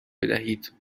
بدهید